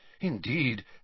Indeed